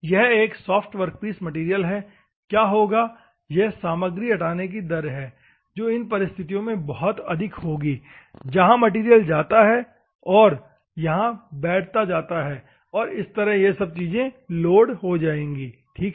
यह एक soft workpiece material है क्या होगा यह सामग्री हटाने की दर है जो इन परिस्थितियों में बहुत अधिक होगी जहां मैटेरियल जाती है और मैटेरियल जाती है और यहां बैठती है और इस तरह यह सब चीजें लोड हो जाएंगी ठीक है